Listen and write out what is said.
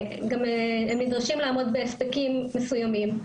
הם גם נדרשים לעמוד בהספקים מסוימים,